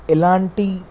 ఎలాంటి